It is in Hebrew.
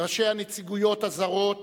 ראשי הנציגויות הזרות,